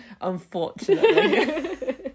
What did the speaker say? Unfortunately